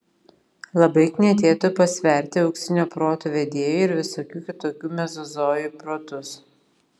labai knietėtų pasverti auksinio proto vedėjų ir visokių kitokių mezozojų protus